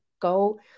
go